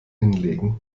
hinlegen